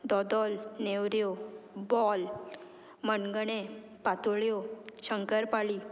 दोदोल नेवऱ्यो बॉल मनगणे पातोळ्यो शंकरपाळी